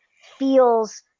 feels